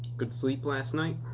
good sleep last night?